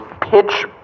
pitch